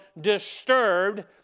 disturbed